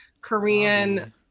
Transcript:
korean